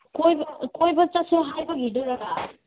ꯀꯣꯏꯕ ꯀꯣꯏꯕ ꯆꯠꯁꯦ ꯍꯥꯏꯕꯒꯤꯗꯨꯔ ꯚꯥꯏ